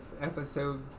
episode